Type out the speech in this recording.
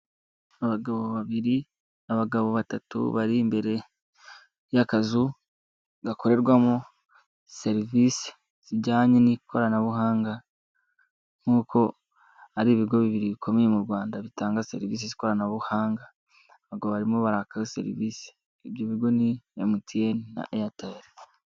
Abagabo babiri, abagabo batatu bari imbere y'akazu, gakorerwamo serivisi zijyanye n'ikoranabuhanga nkuko ari ibigo bibiri bikomeye mu Rwanda bitanga serivisi z'ikoranabuhanga, abagabo barimo baraka yo serivisi, ibyo bigo ni MTN na Airtel.